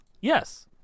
Yes